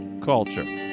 culture